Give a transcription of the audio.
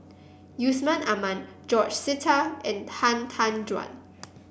Yusman Aman George Sita and Han Tan Juan